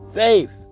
faith